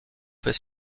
fait